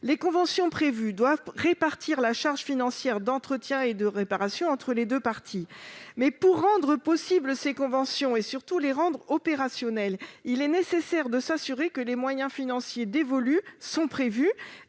Les conventions prévues doivent répartir la charge financière d'entretien et de réparation entre les deux parties. Pour rendre possibles et opérationnelles ces conventions, il est nécessaire de s'assurer que les moyens financiers dévolus sont bien